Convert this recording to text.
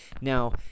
Now